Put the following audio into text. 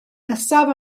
nesaf